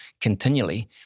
continually